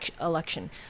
election